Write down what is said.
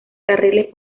carriles